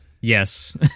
Yes